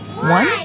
One